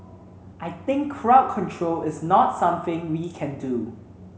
I think crowd control is not something we can do